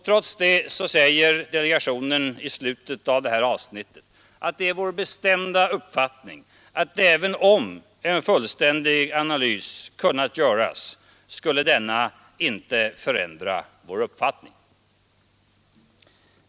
Trots det säger delegationen i slutet av samma avsnitt att det är dess bestämda uppfattning att ”även om en fullständig analys kunnat göras, skulle denna inte förändra delegationens uppfattning”.